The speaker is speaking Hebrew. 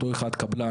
אותו אחד קבלן,